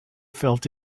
felt